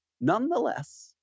Nonetheless